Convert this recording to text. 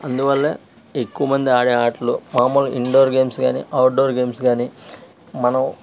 అందువల్లే ఎక్కువ మంది ఆడే ఆటలు మామూలుగా ఇండోర్ గేమ్స్ కానీ అవుట్డోర్ గేమ్స్ కానీ మనం